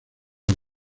los